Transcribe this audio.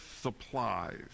supplies